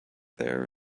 there